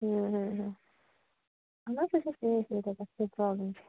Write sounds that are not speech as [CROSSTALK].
[UNINTELLIGIBLE] problem چھےٚ